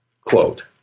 Quote